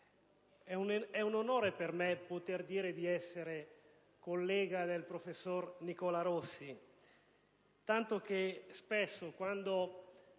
è un onore per me poter dire di essere collega del professor Nicola Rossi. Tanto è vero che quando